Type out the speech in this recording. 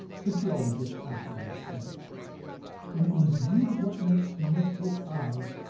the geologist afterward said and in view of what next met his eyes,